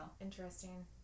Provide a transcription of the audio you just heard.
Interesting